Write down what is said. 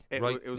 Right